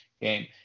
game